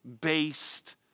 based